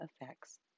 effects